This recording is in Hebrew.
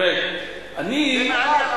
בגלל, תראה, זה מעניין.